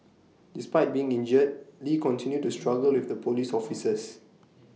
despite being injured lee continued to struggle with the Police officers